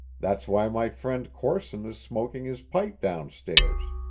that's why my friend corson is smoking his pipe down stairs.